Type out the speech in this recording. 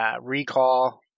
recall